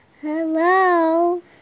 Hello